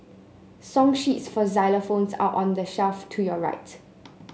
song sheets for xylophones are on the shelf to your right